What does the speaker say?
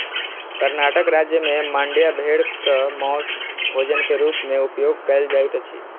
कर्णाटक राज्य में मांड्या भेड़क मौस भोजन के रूप में उपयोग कयल जाइत अछि